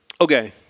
Okay